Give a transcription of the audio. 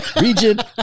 Regent